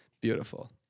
beautiful